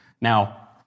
Now